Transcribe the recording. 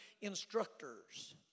instructors